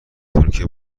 ترکیه